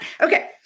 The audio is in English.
Okay